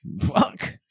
Fuck